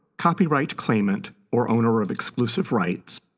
copyright claimant, or owner of exclusive rights,